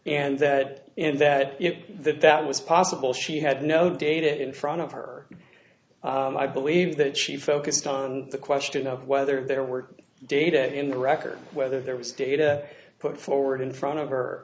and that and that that that was possible she had no data in front of her i believe that she focused on the question of whether there were data in the record whether there was data put forward in front of her